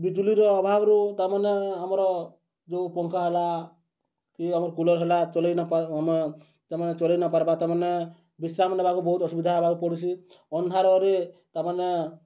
ବିଜୁଲିର ଅଭାବରୁ ତାମାନେ ଆମର ଯେଉଁ ପଙ୍ଖା ହେଲା କି ଆମର କୁଲର ହେଲା ଚଲେଇ ନ ପାର୍ ତାମାନେ ଚଲେଇ ନ ପାର୍ବା ତାମାନେ ବିଶ୍ରାମ ନେବାକୁ ବହୁତ ଅସୁବିଧା ହେବାକୁ ପଡ଼ୁଛି ଅନ୍ଧାରରେ ତାମାନେ